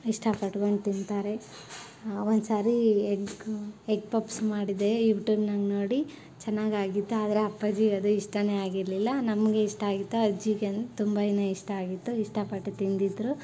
ಇಷ್ಟ ಪಟ್ಕೊಂಡು ತಿಂತಾರೆ ಒಂದ್ಸರಿ ಎಗ್ ಎಗ್ ಪಪ್ಸ್ ಮಾಡಿದ್ದೆ ಯೂಟೂಬ್ನಾಗ ನೋಡಿ ಚೆನ್ನಾಗಿ ಆಗಿತ್ತು ಆದ್ರೆ ಅಪ್ಪಾಜಿಗೆ ಅದು ಇಷ್ಟನೇ ಆಗಿರಲಿಲ್ಲ ನಮಗೆ ಇಷ್ಟ ಆಗಿತ್ತು ಅಜ್ಜಿಗೆ ತುಂಬನೇ ಇಷ್ಟ ಆಗಿತ್ತು ಇಷ್ಟಪಟ್ಟು ತಿಂದಿದ್ದರು